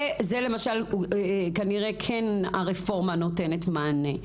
על זה, למשל, הרפורמה נותנת מענה.